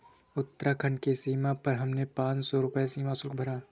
उत्तराखंड की सीमा पर हमने पांच सौ रुपए सीमा शुल्क भरा